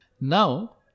now